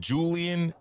Julian